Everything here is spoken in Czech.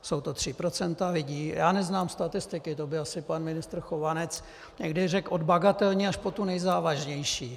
Jsou to tři procenta lidí já neznám statistiky, to by asi pan ministr Chovanec někdy řekl od bagatelní až po tu nejzávažnější.